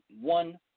one